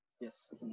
yes